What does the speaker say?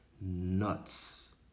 nuts